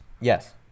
Yes